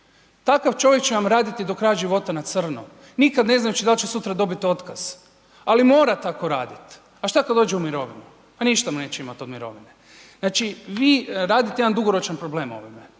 Takav čovjek će vam raditi do kraja života na crno, nikad ne znajući dal će sutra dobiti otkaz, ali mora tako radit, a šta kad dođe u mirovinu, pa ništa mu neće imat od mirovine. Znači vi radite jedan dugoročan problem ovime,